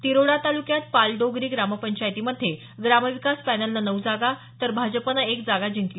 तीरोडा ताल्क्यात पालडोगरी ग्राम पंचायती मध्ये ग्राम विकास पॅनलनं नऊ जागा तर भाजपनं एक जागा जिंकली